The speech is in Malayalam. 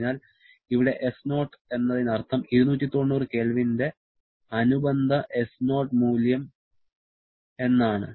അതിനാൽ ഇവിടെ s0 എന്നതിനർത്ഥം 290 K ന്റെ അനുബന്ധ s0 മൂല്യം എന്നാണ്